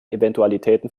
eventualitäten